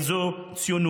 הרי זו ציונות.